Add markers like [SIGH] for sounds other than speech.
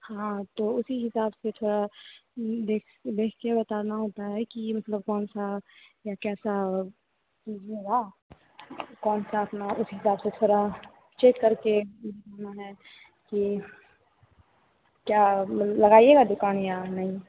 हाँ तो उसी हिसाब से थोड़ा देख देख कर बताना होता है कि ये मतलब कौन सा या कैसा दिखेगा कौन सा अपना उस हिसाब से थोड़ा चेक करके [UNINTELLIGIBLE] है की क्या [UNINTELLIGIBLE] लगाइएगा दुकान या नहीं